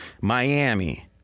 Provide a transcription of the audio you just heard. Miami